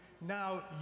now